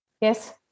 Yes